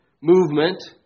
movement